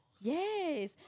Yes